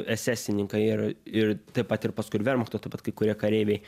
esesininkai ir ir taip pat ir paskui vermachto taip pat kai kurie kareiviai